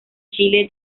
chile